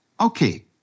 okay